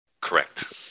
Correct